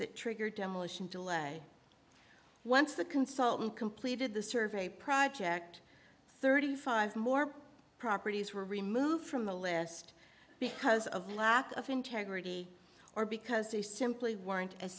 that triggered demolition delay once the consultant completed the survey project thirty five more properties were removed from the list because of lack of integrity or because they simply weren't as